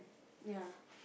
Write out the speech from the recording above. ya